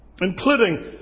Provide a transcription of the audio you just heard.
Including